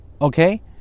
Okay